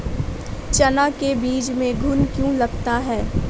चना के बीज में घुन क्यो लगता है?